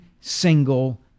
single